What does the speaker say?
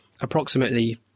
approximately